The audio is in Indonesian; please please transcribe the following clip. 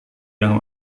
yang